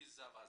במיזם הזה".